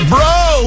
Bro